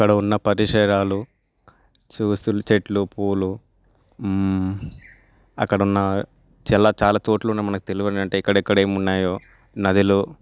అక్కడున్న పరిసరాలు చూస్తూ చెట్లు పూలు అక్కడున్న ఇలా చాలా చోట్లు మనకు తెలువని అంటే ఎక్కడ ఎక్కడ ఉన్నాయో నదిలు